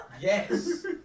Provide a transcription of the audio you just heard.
Yes